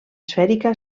esfèrica